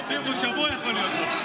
אופיר, הוא שבוע יכול להיות פה.